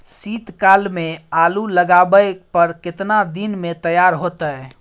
शीत काल में आलू लगाबय पर केतना दीन में तैयार होतै?